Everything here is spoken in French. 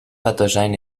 pathogène